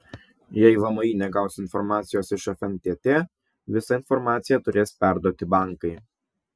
jei vmi negaus informacijos iš fntt visą informaciją turės perduoti bankai